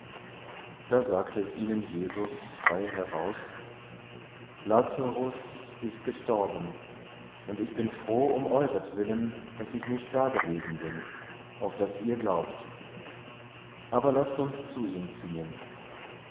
da sagte es ihnen jesus frei heraus lazarus ist gestorben und ich bin froh um euretwillen daß ich nicht dagewesen bin auf daß ihr glaubt aber laßt uns zu ihm ziehen